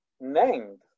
named